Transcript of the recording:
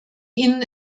ihnen